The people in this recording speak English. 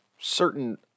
certain